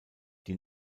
die